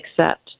accept